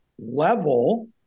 level